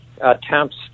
Attempts